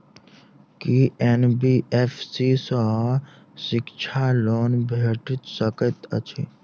की NBFC सँ शिक्षा loan भेटि सकैत अछि?